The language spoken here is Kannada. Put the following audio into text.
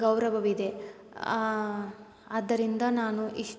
ಗೌರವವಿದೆ ಆದ್ದರಿಂದ ನಾನು ಇಷ್ಟ